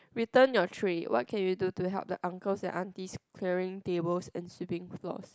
return your tray what can you do to help the uncles and aunties clearing tables and sweeping floors